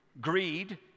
greed